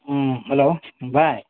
ꯎꯝ hello ꯚꯥꯏ